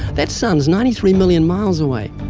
that sun's ninety three million miles away.